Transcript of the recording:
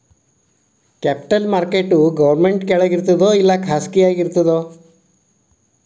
Capital market government ಕೆಳಗಿರ್ತದೋ ಇಲ್ಲಾ ಖಾಸಗಿಯಾಗಿ ಇರ್ತದೋ?